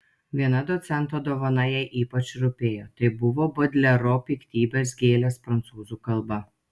viena docento dovana jai ypač rūpėjo tai buvo bodlero piktybės gėlės prancūzų kalba